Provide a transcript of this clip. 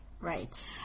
Right